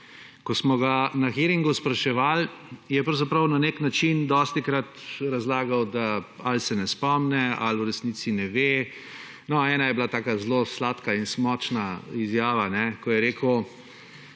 Ko smo ga na hearingu spraševal, je pravzaprav na nek način dostikrat razlagal, ali se ne spomni ali v resnici ne ve. No, ena je bila taka zelo sladka in »smočna« izjava, ko je rekel,